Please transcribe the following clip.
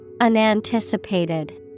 Unanticipated